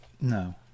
No